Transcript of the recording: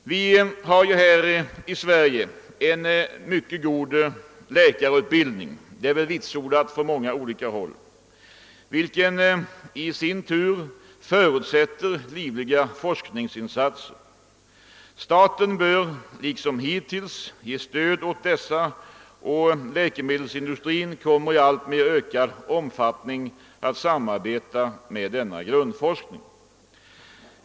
Vi har i Sverige en mycket god läkarutbildning — det är vitsordat från många håll — vilken förutsätter livliga forskningsinsatser. Staten bör liksom hittills ge stöd åt dessa, och läkemedelsindustrin kommer i alltmer ökad omfattning att samarbeta med dem som bedriver denna grundforskning.